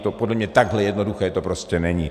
To podle mě takhle jednoduché prostě není.